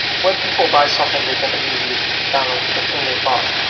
when people buy something, they can immediately download the thing they bought.